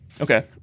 Okay